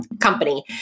company